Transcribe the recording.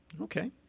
okay